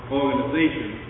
organization